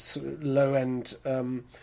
low-end